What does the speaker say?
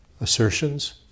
assertions